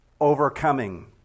overcoming